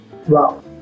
Wow